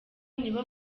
nibo